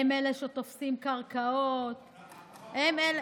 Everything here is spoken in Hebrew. הם אלה שתופסים קרקעות, הם אלה,